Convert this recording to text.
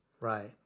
Right